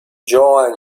joan